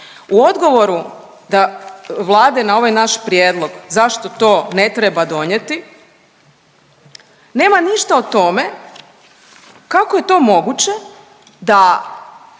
U odgovoru da, Vlade na ovaj naš prijedlog zašto to ne treba donijeti nema ništa o tome kako je to moguće da